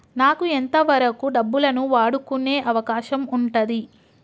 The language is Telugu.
నాకు ఎంత వరకు డబ్బులను వాడుకునే అవకాశం ఉంటది?